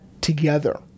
together